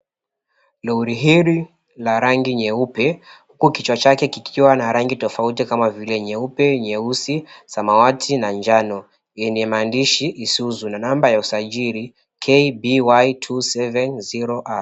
Lori hili la rangi nyeupe huku kichwa chake kikiwa na rangi tofauti kama vile nyeupe, nyeusi, samawati na njano yenye mandishi 'ISUZU ' na namba ya usajili 'KBY270R.'